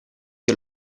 che